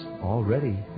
already